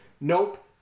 Nope